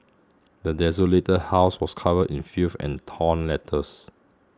the desolated house was covered in filth and torn letters